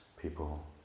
people